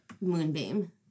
moonbeam